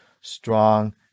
Strong